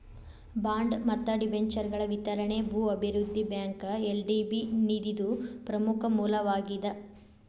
bond ಮತ್ತ ಡಿಬೆಂಚರ್ಗಳ ವಿತರಣಿ ಭೂ ಅಭಿವೃದ್ಧಿ ಬ್ಯಾಂಕ್ಗ ಎಲ್.ಡಿ.ಬಿ ನಿಧಿದು ಪ್ರಮುಖ ಮೂಲವಾಗೇದ